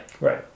right